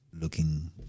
looking